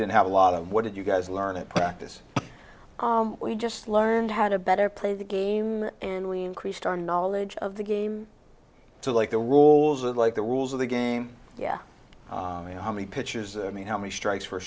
didn't have a lot of what did you guys learn at practice we just learned how to better play the game and we increased our knowledge of the game to like the roles that like the rules of the game yeah you know how many pitches i mean how many strikes for a